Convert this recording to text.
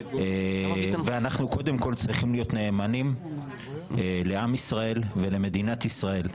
אנחנו קודם כול צריכים להיות נאמנים לעם ישראל ולמדינת ישראל.